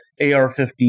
AR-15